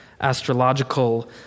astrological